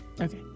Okay